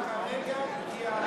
הגיע,